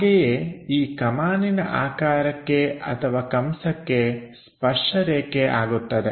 ಹಾಗೆಯೇ ಈ ಕಮಾನಿನ ಆಕಾರಕ್ಕೆ ಅಥವಾ ಕಂಸಕ್ಕೆ ಸ್ಪರ್ಶ ರೇಖೆ ಆಗುತ್ತದೆ